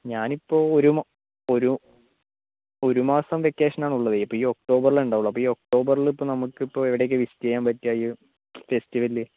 ഞാനിപ്പോൾ ഒരു ഒരു മാസം വെക്കേഷനാണുള്ളത് ആപ്പോൾ ഈ ഒക്ടോബറിലേ ഉണ്ടാവുള്ളൂ അപ്പോൾ ഈ ഒക്ടോബറിൽ നമ്മക്കിപ്പോൾ എവിടെയൊക്കെയാ വിസിറ്റ് ചെയ്യാൻ പറ്റുക ഈ ഫെസ്റ്റിവൽ